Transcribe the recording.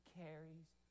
carries